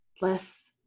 less